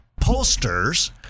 posters